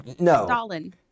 Stalin